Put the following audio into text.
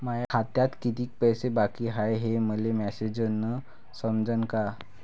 माया खात्यात कितीक पैसे बाकी हाय हे मले मॅसेजन समजनं का?